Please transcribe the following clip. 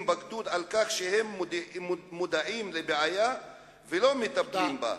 בגדוד על כך שהם מודעים לבעיה ולא מטפלים בה.